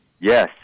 Yes